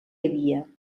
havia